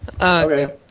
Okay